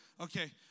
Okay